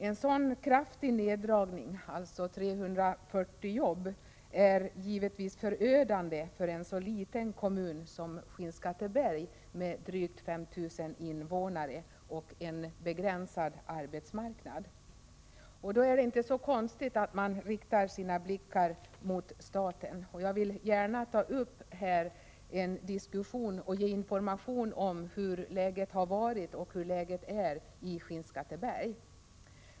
En sådan kraftig neddragning — 340 jobb — är givetvis förödande för en så liten kommun som Skinnskatteberg med drygt 5 000 invånare och en begränsad arbetsmarknad. I detta läge är det inte så konstigt att vi riktar våra blickar mot staten, och jag vill gärna ta upp en diskussion om förhållandena och ge information om hur läget har varit och hur läget är i Skinnskatteberg.